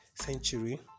century